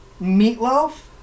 Meatloaf